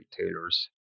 retailers